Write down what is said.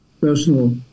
personal